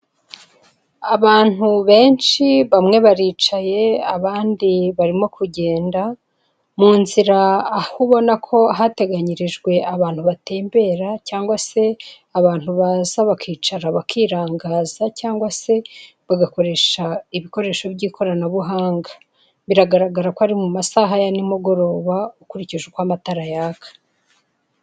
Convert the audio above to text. Abantu benshi, bamwe baricaye abandi barimo kugenda, mu nzira aho ubona ko hateganyirijwe abantu batembera, cyangwa se abantu baza bakicara bakirangaza, cyangwa se bagakoresha ibikoresho by'ikoranabuhanga. Biragaragara ko ari mu masaha ya nimugoroba, ukurikije uko amatara yaka.